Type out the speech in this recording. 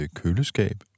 køleskab